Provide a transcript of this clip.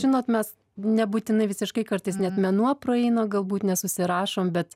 žinot mes nebūtinai visiškai kartais net mėnuo praeina galbūt nesusirašom bet